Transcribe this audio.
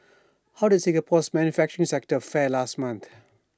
how did Singapore's manufacturing sector fare last month